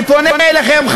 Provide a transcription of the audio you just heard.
אני פונה אליכם,